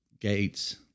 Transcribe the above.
gates